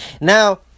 Now